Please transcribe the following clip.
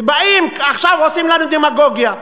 ובאים עכשיו ועושים לנו דמגוגיה,